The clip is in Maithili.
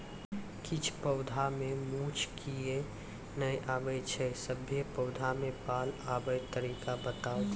किछ पौधा मे मूँछ किये नै आबै छै, सभे पौधा मे बाल आबे तरीका बताऊ?